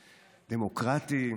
דמוקרטי,